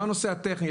לא הנושא הטכני,